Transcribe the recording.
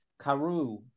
karu